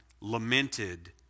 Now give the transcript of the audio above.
lamented